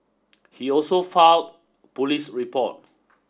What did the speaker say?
he also filed police report